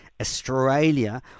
Australia